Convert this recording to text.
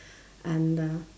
and uh